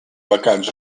vacants